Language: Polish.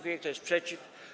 Kto jest przeciw?